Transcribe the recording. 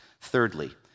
Thirdly